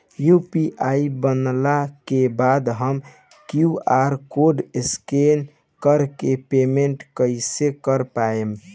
UPI बनला के बाद हम क्यू.आर कोड स्कैन कर के पेमेंट कइसे कर पाएम?